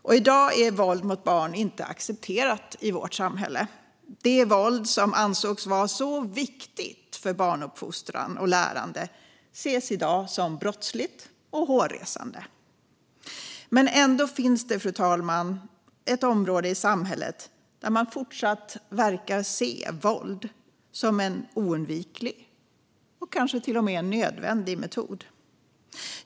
I dag är våld mot barn inte accepterat i vårt samhälle. Det våld som ansågs vara så viktigt för barnuppfostran och lärande ses i dag som brottsligt och hårresande. Fru talman! Ändå finns det ett område i samhället där man fortsatt verkar se våld som en oundviklig och till och med nödvändig metod.